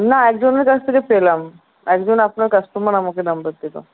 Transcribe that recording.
না একজনের কাছ থেকে পেলাম একজন আপনার কাস্টমার আমাকে নম্বর দিলো